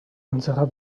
unserer